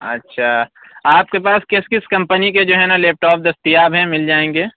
اچھا آپ کے پاس کس کس کمپنی کے جو ہیں نا لیپ ٹاپ دستیاب ہیں مل جائیں گے